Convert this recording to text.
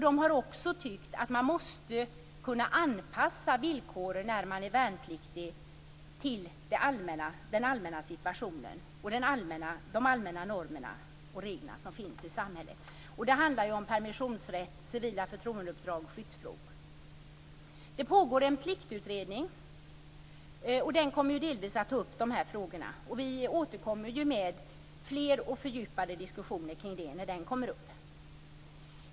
De har också tyckt att man måste kunna anpassa villkoren för de värnpliktiga till den allmänna situationen och de allmänna normer och regler som finns i samhället. Det handlar om permissionsrätt, civila förtroendeuppdrag och skyddsfrågor. Det pågår en pliktutredning, och den kommer delvis att ta upp dessa frågor. Vi återkommer med fler och fördjupade diskussioner kring det när den tas upp.